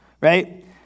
right